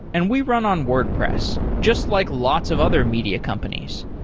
and we run on wordpress just like lots of other media companies,